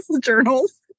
journals